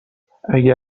اگه